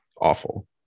awful